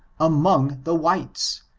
among the whites,